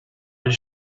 his